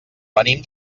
venim